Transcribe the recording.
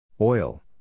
Oil